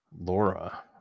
Laura